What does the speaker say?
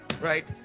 right